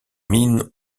mines